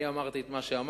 אני אמרתי את מה שאמרתי.